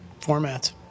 formats